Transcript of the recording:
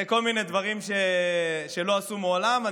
כל מיני דברים שלא עשו מעולם.